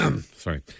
Sorry